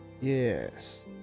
Yes